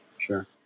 sure